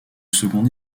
second